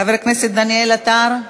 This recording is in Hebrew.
חבר הכנסת דניאל עטר,